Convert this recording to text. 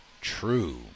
true